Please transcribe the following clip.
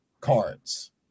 cards